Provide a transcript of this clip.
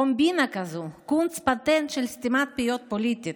קומבינה כזאת, קונץ, פטנט, של סתימת פיות פוליטית.